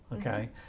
okay